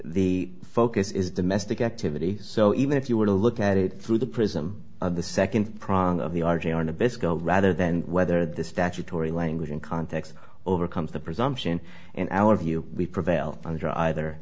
the focus is domestic activity so even if you were to look at it through the prism of the second prong of the r g r nabisco rather than whether the statutory language in context overcomes the presumption and our view we prevail under either